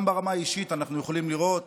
גם ברמה האישית אנחנו יכולים לראות